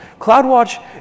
CloudWatch